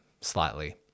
slightly